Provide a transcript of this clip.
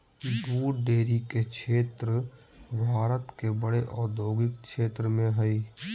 दूध डेरी के क्षेत्र भारत के बड़े औद्योगिक क्षेत्रों में हइ